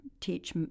teach